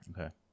Okay